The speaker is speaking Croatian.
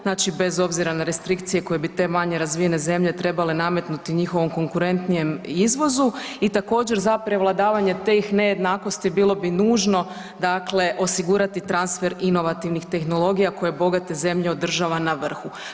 Znači bez obzira na restrikcije koje bi te manje razvijene zemlje trebale nametnuti njihovom konkurentnijem izvozu i također za prevladavanje tih nejednakosti bilo bi nužno dakle osigurati transfer inovativnih tehnologija koje bogate zemlje održava na vrhu.